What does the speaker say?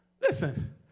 Listen